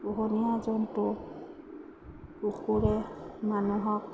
পোহনীয়া জন্তু কুকুৰে মানুহক